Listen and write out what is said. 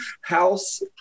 House